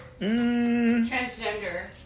Transgender